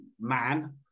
man